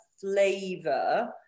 flavor